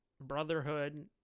Brotherhood